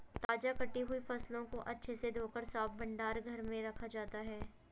ताजा कटी हुई फसलों को अच्छे से धोकर साफ भंडार घर में रखा जाता है